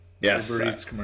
Yes